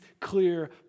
clear